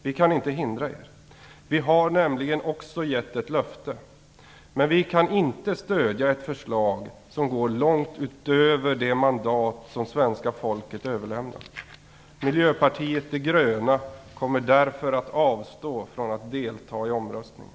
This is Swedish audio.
Vi kan inte hindra er. Vi har nämligen också gett ett löfte. Men vi kan inte stödja ett förslag som går långt utöver det mandat som svenska folket överlämnat. Miljöpartiet de gröna kommer därför att avstå från att delta i omröstningen.